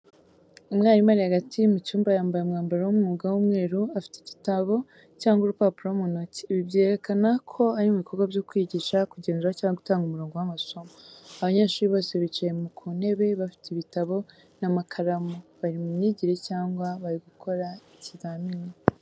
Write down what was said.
Umwarimu ari hagati mu cyumba yambaye ubwambaro w'umwuga w'umweru, afite igitabo cyangwa urupapuro mu ntoki. Ibi byerekana ko ari mu bikorwa byo kwigisha, kugenzura cyangwa gutanga umurongo w’amasomo. Abanyeshuri bose bicaye ku ntebe bafite ibitabo n'amakaramu, bari mu myigire cyangwa bari gukora ikizamini.